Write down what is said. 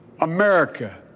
America